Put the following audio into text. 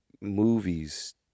movies